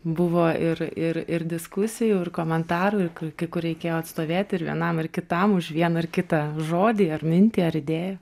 buvo ir ir ir diskusijų ir komentarų kai kur reikėjo atstovėti ir vienam ir kitam už vieną ar kitą žodį ar mintį ar idėją